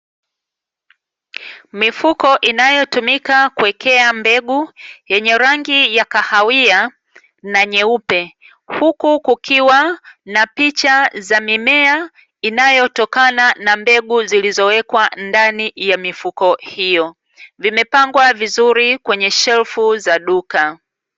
Mifuko inayotumika kuekea mbegu yenye rangi ya kahawia na nyeupe huku kukiwa na picha za mimea inayotokana na mbegu zilizowekwa ndani ya mifuko hiyo, vimepangwa vizuri kwenye shelfu za duka.